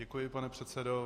Děkuji, pane předsedo.